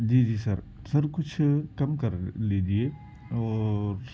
جی جی sir sir کچھ کم کر لیجے اور